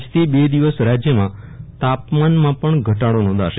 આજથી બે દિવસ રાજ્યમાં તાપમાનં પણ ઘટાડો નોંધાશે